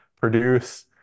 produce